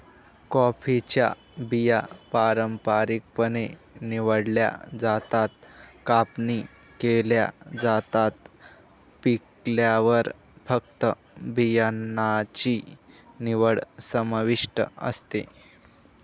कॉफीच्या बिया पारंपारिकपणे निवडल्या जातात, कापणी केल्या जातात, पिकल्यावर फक्त बियाणांची निवड समाविष्ट असते